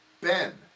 Ben